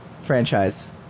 franchise